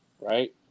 right